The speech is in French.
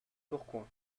tourcoing